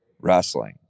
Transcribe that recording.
wrestling